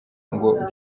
ngo